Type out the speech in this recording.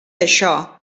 això